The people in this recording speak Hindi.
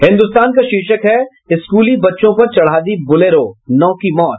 हिन्द्रस्तान का शीर्षक है स्कूली बच्चों पर चढ़ा दी बोलेरो नौ की मौत